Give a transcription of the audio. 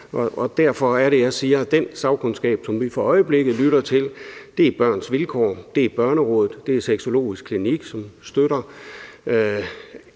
Derfor er det, jeg siger, at den sagkundskab, som vi for øjeblikket lytter til, er Børns Vilkår, Børnerådet og Sexologisk Klinik, og de støtter